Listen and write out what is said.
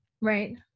Right